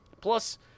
Plus